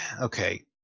okay